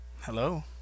Hello